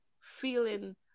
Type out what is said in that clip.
feeling